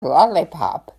lollipop